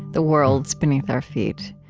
the worlds beneath our feet,